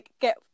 get